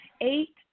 eight